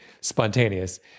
spontaneous